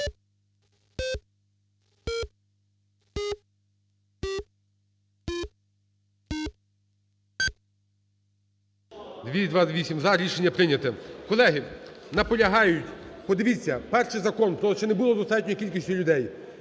За-228 Рішення прийнято. Колеги, наполягають. Подивіться, перший закон, ще не було достатньої кількості людей.